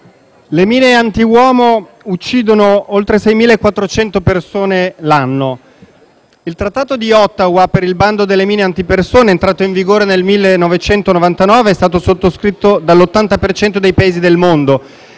le mine antiuomo uccidono oltre 6.400 persone l'anno. Il Trattato di Ottawa per il bando delle mine antipersone, entrato in vigore nel 1999, è stato sottoscritto dall'80 per cento dei Paesi del mondo